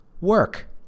work